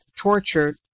tortured